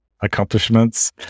accomplishments